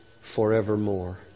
forevermore